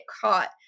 caught